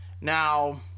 Now